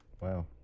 Wow